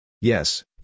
Yes